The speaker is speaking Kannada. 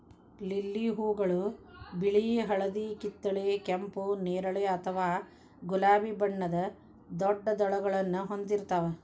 ಲಿಲ್ಲಿ ಹೂಗಳು ಬಿಳಿ, ಹಳದಿ, ಕಿತ್ತಳೆ, ಕೆಂಪು, ನೇರಳೆ ಅಥವಾ ಗುಲಾಬಿ ಬಣ್ಣದ ದೊಡ್ಡ ದಳಗಳನ್ನ ಹೊಂದಿರ್ತಾವ